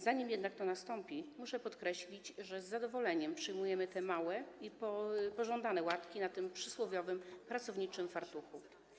Zanim jednak to nastąpi, muszę podkreślić, że z zadowoleniem przyjmujemy te małe i pożądane łatki na tym przysłowiowym pracowniczym fartuchu.